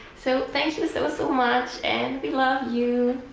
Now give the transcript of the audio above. so thank you so so much, and we love you.